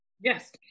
Yes